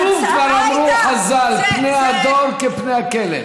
כתוב, כבר אמרו חז"ל: פני הדור כפני הכלב.